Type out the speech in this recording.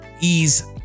ease